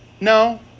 No